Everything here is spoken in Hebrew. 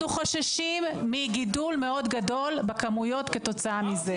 אנחנו חוששים מגידול ניכר מאוד בכמויות כתוצאה מזה.